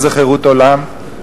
מה זה "חירות עולם"?